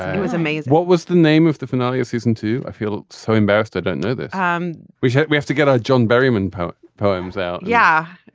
it was amazing what was the name of the finale of season two. i feel so embarrassed. i don't know that um we said we have to get our john berryman poems poems out yeah.